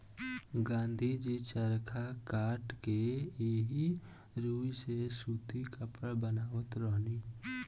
गाँधी जी चरखा कात के एही रुई से सूती कपड़ा बनावत रहनी